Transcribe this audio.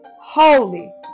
Holy